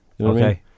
Okay